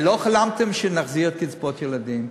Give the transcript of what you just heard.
הרי לא חלמתם שנחזיר את קצבאות הילדים,